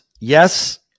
yes